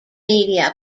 media